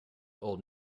old